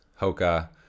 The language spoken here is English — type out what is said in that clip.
Hoka